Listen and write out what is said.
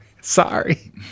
Sorry